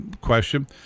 question